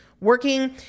working